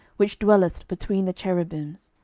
which dwellest between the cherubims,